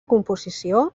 composició